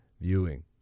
viewing